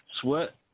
sweat